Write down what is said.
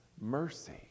mercy